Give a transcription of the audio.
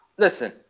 Listen